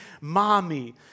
mommy